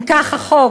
אם כך, החוק,